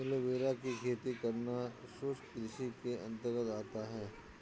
aloe vera की खेती करना शुष्क कृषि के अंतर्गत आता है